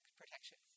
protection